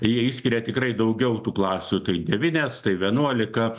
jie išskiria tikrai daugiau tų klasių tai devynias tai vienuolika